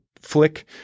flick